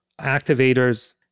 activators